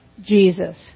Jesus